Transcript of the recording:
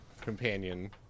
companion